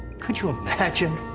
could you imagine?